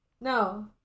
No